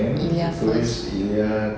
ilya first